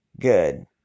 Good